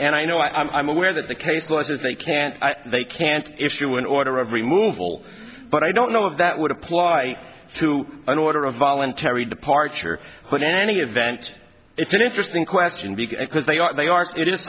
and i know i'm aware that the case law says they can't they can't issue an order of remove all but i don't know if that would apply to an order a voluntary departure but any event it's an interesting question because they are they are it is